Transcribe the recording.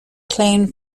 claimed